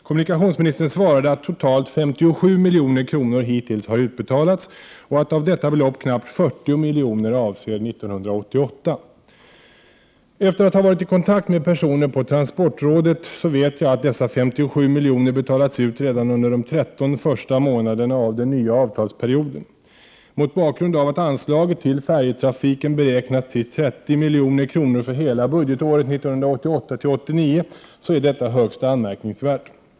Kommunikationsministern svarade att totalt 57 milj.kr. hittills har utbetalats och att av detta belopp knappt 40 miljoner avser 1988. Efter att ha varit i kontakt med personer på transportrådet vet jag att dessa 57 miljoner betalats ut redan under de 13 första månaderna av den nya avtalsperioden. Mot bakgrund av att anslaget till färjetrafiken beräknats till 30 milj.kr. för hela budgetåret 1988/89 är detta högst anmärkningsvärt.